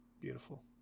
beautiful